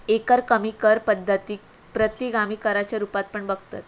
एकरकमी कर पद्धतीक प्रतिगामी कराच्या रुपात पण बघतत